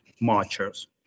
marchers